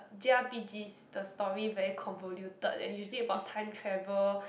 J_r_p_Gs the story very convoluted and usually about time travel